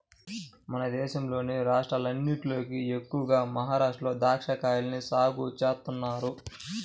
మన దేశంలోని రాష్ట్రాలన్నటిలోకి ఎక్కువగా మహరాష్ట్రలో దాచ్చాకాయల్ని సాగు చేత్తన్నారు